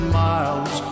miles